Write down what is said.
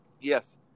Yes